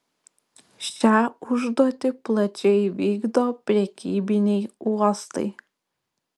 šią užduotį plačiai vykdo prekybiniai uostai